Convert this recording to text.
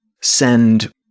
send